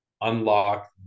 unlock